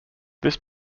this